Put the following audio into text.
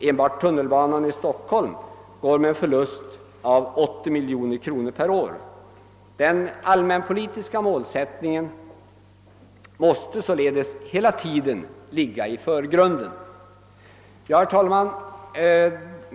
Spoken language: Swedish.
Enbart tunnelbanan i Stockholm går med en förlust på 80 miljoner kronor om året. Den allmänpolitiska målsättningen måste således hela tiden ligga i förgrunden. Herr talman!